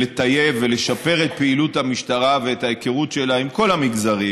ולטייב ולשפר את פעילות המשטרה ואת ההיכרות שלה עם כל המגזרים,